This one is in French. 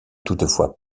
toutefois